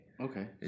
Okay